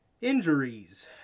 Injuries